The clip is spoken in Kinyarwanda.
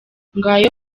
ngayo